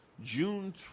June